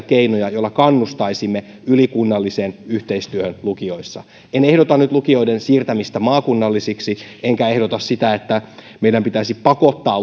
keinoja joilla kannustaisimme ylikunnalliseen yhteistyöhön lukioissa en ehdota nyt lukioiden siirtämistä maakunnallisiksi enkä ehdota sitä että meidän pitäisi pakottaa